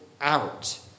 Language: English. out